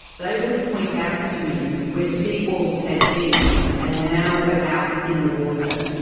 they would point out to me where sea walls had been and now were out in the water.